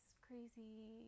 crazy